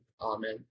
amen